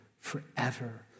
Forever